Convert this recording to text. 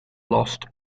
lost